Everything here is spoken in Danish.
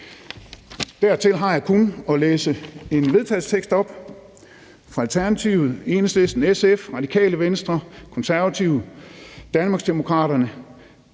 Dertil har jeg kun tilbage at læse en vedtagelsestekst, en fælles erklæring, op fra Alternativet, Enhedslisten, SF, Radikale Venstre, Konservative, Danmarksdemokraterne,